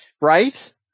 Right